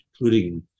including